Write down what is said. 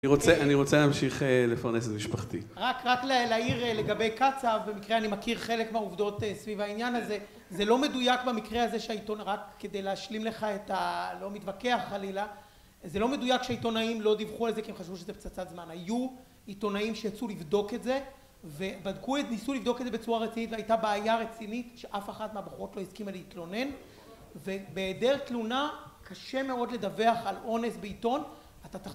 אני רוצה, אני רוצה להמשיך לפרנס את משפחתי. - רק, רק להעיר לגבי קצב, במקרה, אני מכיר חלק מהעובדות סביב העניין הזה. זה לא מדויק במקרה הזה שהעיתון, רק כדי להשלים לך את ה... לא מתווכח חלילה, זה לא מדויק שהעיתונאים לא דיווחו על זה כי הם חשבו שזה פצצת זמן. היו עיתונאים שיצאו לבדוק את זה, ובדקו את, ניסו לבדוק את זה בצורה רצינית, והייתה בעיה רצינית שאף אחת מהבחורות לא הסכימה להתלונן, ובהעדר תלונה, קשה מאוד לדווח על אונס בעיתון.